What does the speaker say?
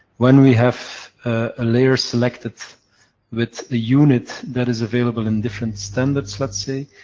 when we have a layer selected with the unit that is available in different standards, let's say,